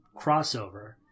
crossover